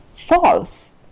false